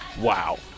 Wow